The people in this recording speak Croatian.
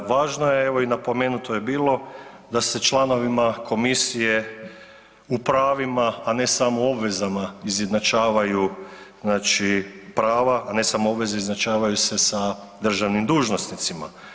Važno je evo i napomenuto je bilo da se članovima komisije u pravima, a ne samo u obvezama izjednačavaju znači prava, a ne samo obveze označavaju se sa državnim dužnosnicima.